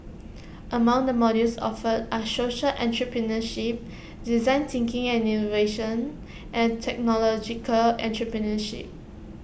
among the modules offered are social entrepreneurship design thinking and innovation and technological entrepreneurship